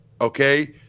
okay